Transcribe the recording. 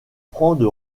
prendre